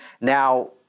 Now